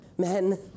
men